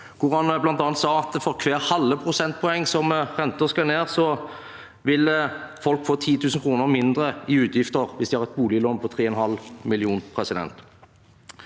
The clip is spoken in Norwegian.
nylig bl.a. sa at for hvert halve prosentpoeng renten skal ned, vil folk få 10 000 kr mindre i utgifter hvis de har et boliglån på 3,5 mill. kr.